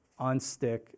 unstick